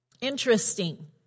interesting